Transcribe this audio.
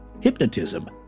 hypnotism